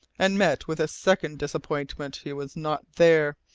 and met with a second disappointment. he was not there,